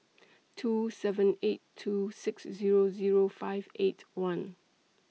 two seven eight two six Zero Zero five eight one